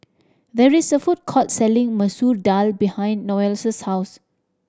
there is a food court selling Masoor Dal behind Noelle's house